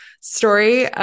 story